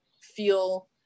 feel